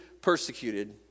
persecuted